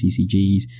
CCGs